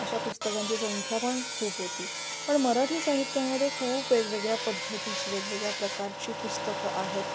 अशा पुस्तकांची संख्या पण खूप होती पण मराठी साहित्यामध्ये खूप वेगवेगळ्या पद्धतीची वेगवेगळ्या प्रकारची पुस्तकं आहेत